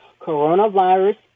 Coronavirus